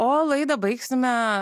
o laidą baigsime